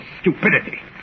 stupidity